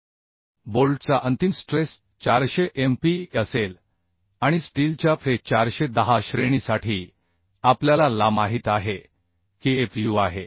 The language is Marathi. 6 ग्रेड बोल्टसाठी आपल्याला fub माहित आहे बोल्टचा अंतिम स्ट्रेस 400Mpa असेल आणि स्टीलच्या Fe 410 श्रेणीसाठी आपल्याला ला माहित आहे की fu आहे